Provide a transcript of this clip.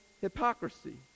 hypocrisy